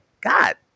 god